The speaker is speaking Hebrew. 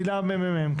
מילה ממ"מ,